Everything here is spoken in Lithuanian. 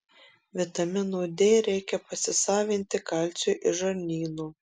vitamino d reikia pasisavinti kalciui iš žarnyno